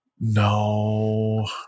No